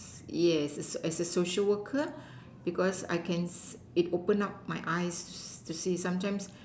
yes as a as a social worker because I can it open up my eyes to see sometimes